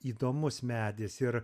įdomus medis ir